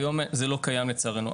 היום זה לא קיים לצערנו.